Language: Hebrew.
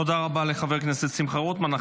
תודה רבה לחבר הכנסת שמחה רוטמן.